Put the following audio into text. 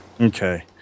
Okay